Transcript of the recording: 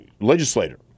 legislator